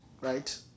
right